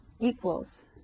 equals